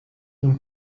این